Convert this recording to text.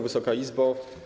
Wysoka Izbo!